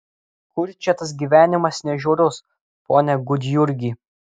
kur čia tas gyvenimas ne žiaurus pone gudjurgi